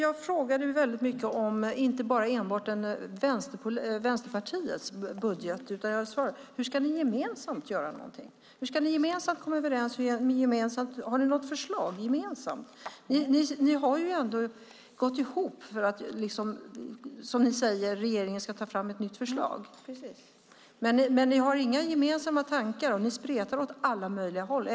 Herr talman! Jag ställde många frågor inte enbart om Vänsterpartiets budget utan hur ni gemensamt ska göra någonting, Josefin Brink. Hur ska ni gemensamt komma överens? Har ni något gemensamt förslag? Ni har ju gått ihop för att, som ni säger, regeringen ska ta fram ett nytt förslag, men ni har inga gemensamma tankar. Ni spretar åt alla möjliga håll.